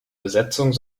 besetzung